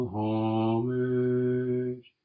homage